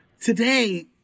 Today